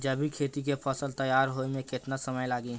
जैविक खेती के फसल तैयार होए मे केतना समय लागी?